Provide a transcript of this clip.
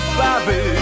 baby